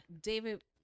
david